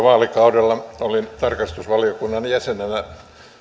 vaalikaudella olin tarkastusvaliokunnan jäsenenä